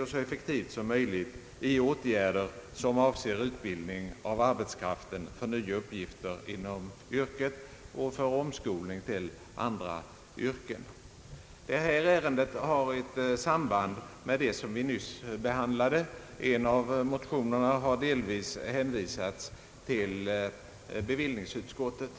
och så effektivt som möjligt i åtgärder som avser utbildning av arbetskraften för nya uppgifter inom yrket och för omskolning till andra yrken. Detta ärende har ett samband med det som vi nyss behandlade. En av motionerna har delvis hänvisats till bevillningsutskottet.